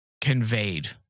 conveyed